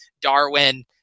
Darwin